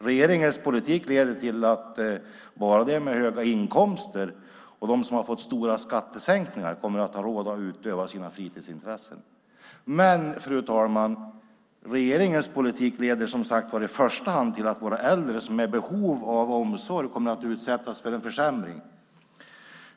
Regeringens politik leder till att enbart de med höga inkomster och de som har fått stora skattesänkningar kommer att ha råd att utöva sina fritidsintressen. Men, fru talman, i första hand leder regeringens politik till att våra äldre som är i behov av omsorg kommer att utsättas för en försämring.